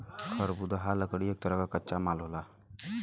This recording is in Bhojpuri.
खरबुदाह लकड़ी एक तरे क कच्चा माल होला